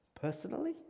Personally